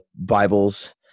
bibles